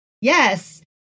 yes